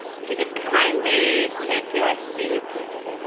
if you could kindly take your seats,